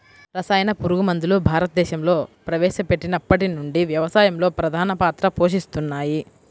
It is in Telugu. రసాయన పురుగుమందులు భారతదేశంలో ప్రవేశపెట్టినప్పటి నుండి వ్యవసాయంలో ప్రధాన పాత్ర పోషిస్తున్నాయి